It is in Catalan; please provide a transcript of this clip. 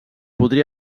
podria